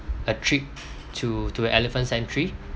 a trip to to a elephant sanctuary